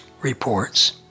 reports